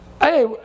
hey